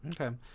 Okay